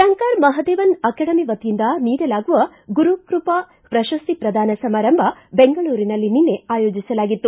Shankar Mahadevan academy ವತಿಯಿಂದ ನೀಡಲಾಗುವ ಗುರುಕೃಪಾ ಪ್ರಶಸ್ತಿ ಪ್ರದಾನ ಸಮಾರಂಭ ಬೆಂಗಳೂರಿನಲ್ಲಿ ನಿನ್ನೆ ಅಯೋಜಿಸಲಾಗಿತ್ತು